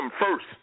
first